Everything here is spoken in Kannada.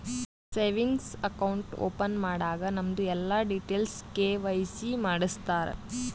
ಸೇವಿಂಗ್ಸ್ ಅಕೌಂಟ್ ಓಪನ್ ಮಾಡಾಗ್ ನಮ್ದು ಎಲ್ಲಾ ಡೀಟೇಲ್ಸ್ ಕೆ.ವೈ.ಸಿ ಮಾಡುಸ್ತಾರ್